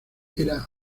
era